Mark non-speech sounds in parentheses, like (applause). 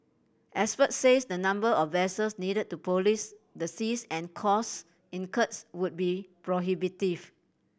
experts say the number of vessels needed to police the seas and cost (unintelligible) would be prohibitive